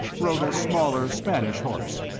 rode a smaller, spanish horse,